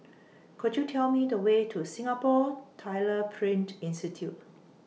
Could YOU Tell Me The Way to Singapore Tyler Print Institute